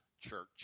church